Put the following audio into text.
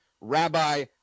Rabbi